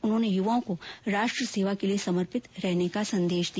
उन्होंने युवाओं को राष्ट्र सेवा के लिए समर्पित रहने का संदेश दिया